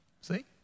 See